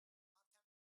northampton